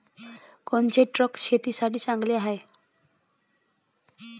कोनचे ट्रॅक्टर शेतीसाठी चांगले हाये?